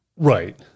right